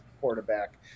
quarterback